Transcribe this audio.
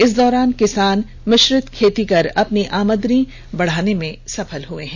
इस दौरान किसान मिश्रित खेती कर अपनी आमदनी बढ़ाने में सफल हुए हैं